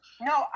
No